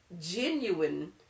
genuine